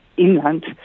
Inland